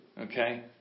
Okay